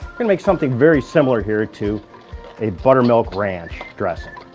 gonna make something very similar here to a buttermilk ranch dressing.